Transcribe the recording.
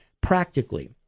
practically